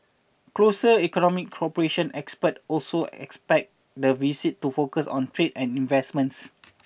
closer economic cooperation experts also expect the visit to focus on trade and investments